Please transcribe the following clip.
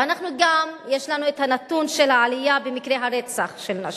ואנחנו גם יש לנו הנתון של העלייה במקרי הרצח של נשים.